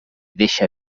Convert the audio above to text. deixa